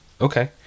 okay